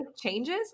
changes